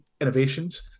innovations